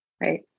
Right